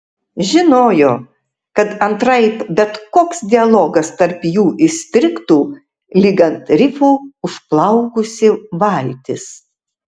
žinojo kad antraip bet koks dialogas tarp jų įstrigtų lyg ant rifų užplaukusi valtis